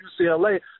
UCLA